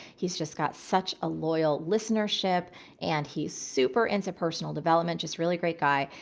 he's just got such a loyal listenership and he's super interpersonal development. just really great guy.